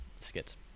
Skits